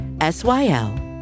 S-Y-L